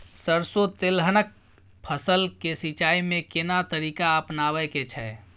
सरसो तेलहनक फसल के सिंचाई में केना तरीका अपनाबे के छै?